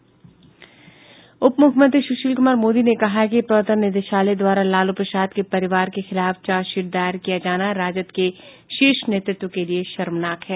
उप मुख्यमंत्री सुशील कुमार मोदी ने कहा है कि प्रवर्तन निदेशालय द्वारा लालू प्रसाद के परिवार के खिलाफ चार्जशीट दायर किया जाना राजद के शीर्ष नेतृत्व के लिए शर्मनाक है